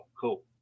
cool